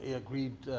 ah agreed